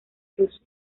cruz